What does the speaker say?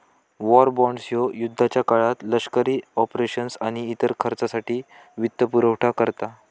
war bonds ह्यो युद्धाच्या काळात लष्करी ऑपरेशन्स आणि इतर खर्चासाठी वित्तपुरवठा करता